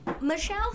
Michelle